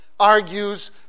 argues